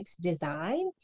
design